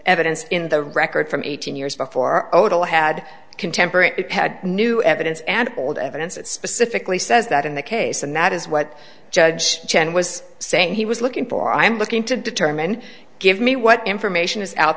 evidence in the record from eighteen years before odal had contemporary had new evidence and old evidence it specifically says that in the case and that is what judge chen was saying he was looking for i'm looking to determine give me what information is out